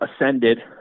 ascended